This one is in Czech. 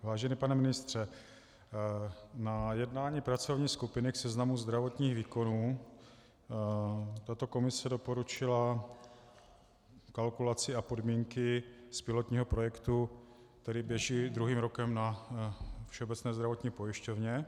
Vážený pane ministře, na jednání pracovní skupiny k seznamu zdravotních výkonů tato komise doporučila kalkulaci a podmínky z pilotního projektu, který běží druhým rokem na Všeobecné zdravotní pojišťovně.